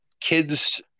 kids